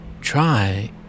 Try